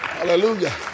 Hallelujah